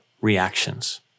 reactions